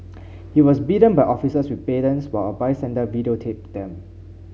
he was beaten by officers with batons while a bystander videotaped them